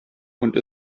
und